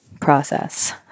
process